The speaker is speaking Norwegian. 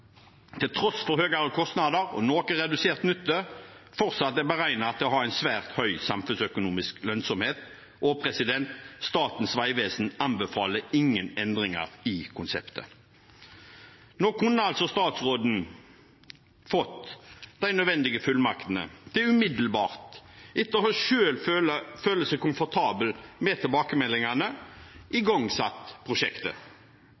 til tross for høyere kostnader og noe redusert nytte, fortsatt er beregnet til å ha en svært høy samfunnsøkonomisk lønnsomhet, og Statens vegvesen anbefaler ingen endringer i konseptet. Nå kunne altså statsråden ha fått de nødvendige fullmaktene til umiddelbart, etter selv å ha følt seg komfortabel med tilbakemeldingene, og igangsatt prosjektet.